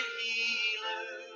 healer